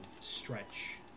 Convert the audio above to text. stretch